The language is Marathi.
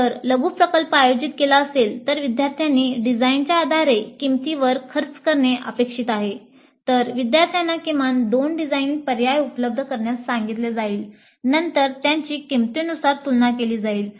जर लघु प्रकल्प आयोजित केला असेल तर विद्यार्थ्यांनी डिझाइनच्या आधारे किंमतीवर खर्च करणे अपेक्षित आहे तर विद्यार्थ्यांना किमान दोन डिझाइन पर्याय उपलब्ध करण्यास सांगितले जाईल नंतर त्यांची किंमतीनुसार तुलना केली जाते